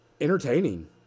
entertaining